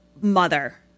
mother